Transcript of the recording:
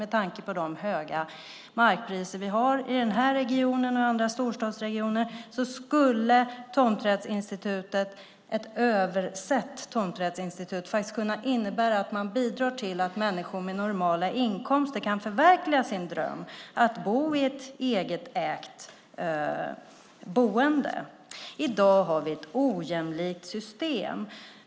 Med tanke på de höga markpriser vi har i den här regionen och i andra storstadsregioner skulle ett översett tomträttsinstitut kunna innebära att man bidrar till att människor med normala inkomster kan förverkliga sin dröm att bo i ett eget ägt boende. I dag har vi ett ojämlikt system.